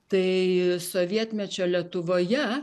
tai sovietmečio lietuvoje